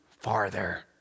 farther